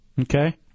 Okay